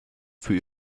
für